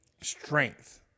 strength